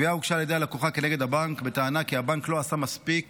ידי הלקוחה כנגד הבנק בטענה כי הבנק לא עשה מספיק